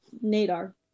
Nadar